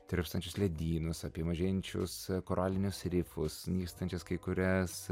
tirpstančius ledynus apie mažėjančius koralinius rifus nykstančias kai kurias